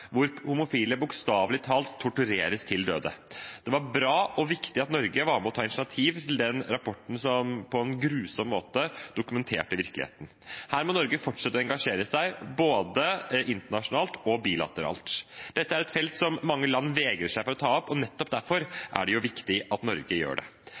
hvor homofile bokstavelig talt tortureres til døde. Det var bra og viktig at Norge var med på å ta initiativ til den rapporten som på en grusom måte dokumenterte virkeligheten. Her må Norge fortsette å engasjere seg både internasjonalt og bilateralt. Dette er et felt som mange land vegrer seg for å ta opp, nettopp derfor er det viktig at Norge gjør det.